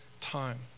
time